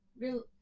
Real